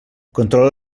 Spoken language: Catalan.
controla